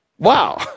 Wow